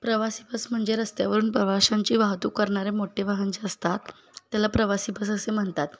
प्रवासी बस म्हणजे रस्त्यावरून प्रवाशांची वाहतूक करणारे मोठे वाहन जे असतात त्याला प्रवासी बस असे म्हणतात